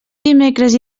dimecres